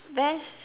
best